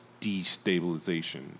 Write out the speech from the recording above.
destabilization